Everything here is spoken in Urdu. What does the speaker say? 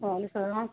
وعل سر